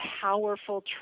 powerful